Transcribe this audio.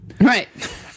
Right